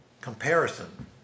comparison